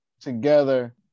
together